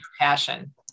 passion